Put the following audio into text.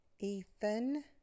Ethan